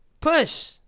Push